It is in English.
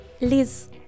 Liz